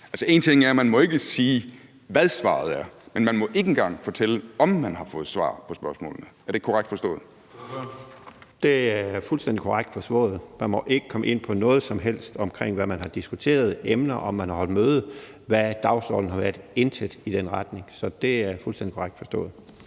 en ting er, at man ikke må sige, hvad svaret er, men må heller ikke engang fortælle, om man har fået svar på spørgsmålene. Er det korrekt forstået? Kl. 17:26 Tredje næstformand (Karsten Hønge): Ordføreren. Kl. 17:26 Henrik Frandsen (M): Det er fuldstændig korrekt forstået. Man må ikke komme ind på noget som helst om, hvad man har diskuteret, emner, om man har holdt møde, hvad dagsordenen har været – intet i den retning. Så det er fuldstændig korrekt forstået.